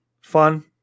fun